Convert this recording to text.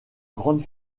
grande